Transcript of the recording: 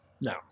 No